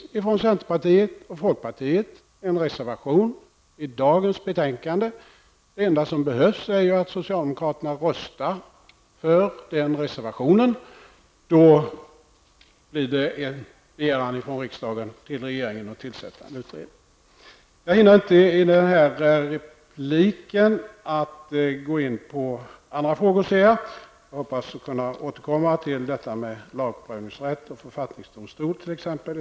Centerpartiet och folkpartiet har avgivit en reservation till dagens betänkande, och det enda som behövs är att socialdemokraterna röstar för den reservationen. Då blir det en begäran från riksdagen till regeringen om att tillsätta en utredning. I denna replik hinner jag inte gå in på andra frågor. Jag hoppas dock att i ett senare inlägg kunna återkomma till frågorna om lagprövningsrätt och författningsdomstol.